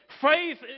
Faith